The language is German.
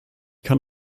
kann